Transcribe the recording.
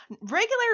Regular